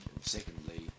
secondly